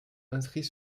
inscrit